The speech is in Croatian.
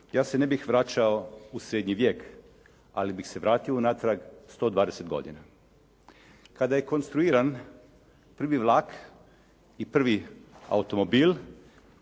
Ja se ne bih vraćao u srednji vijek, ali bih se vratio unatrag 120 godina. Kada je konstruiran prvi vlak i prvi automobil